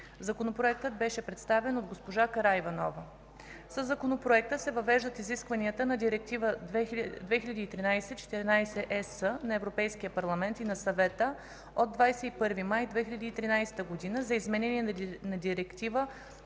Законопроектът беше представен от госпожа Караиванова. Със Законопроекта се въвеждат изискванията на Директива 2013/14/ЕС на Европейския парламент и на Съвета от 21 май 2013 г. за изменение на Директива